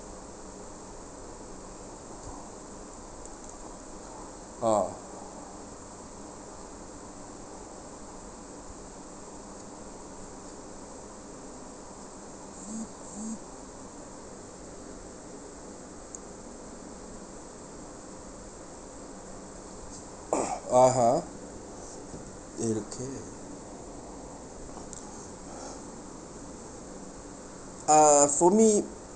ah (uh huh) iruke uh for me